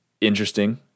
interesting